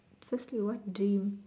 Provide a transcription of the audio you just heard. firstly what dream